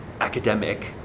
academic